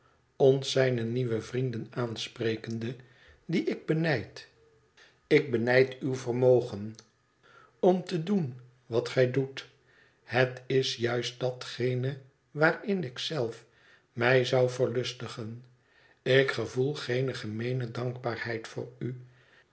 ons zijne nieuwe vrienden aansprekende die ik benijd ik benijd u uw vermogen om te doen wat gij doét het is juist datgene waarin ik zelf mij zou verlustigen ik gevoel geene gemeene dankbaarheid voor u